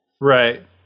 Right